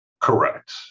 Correct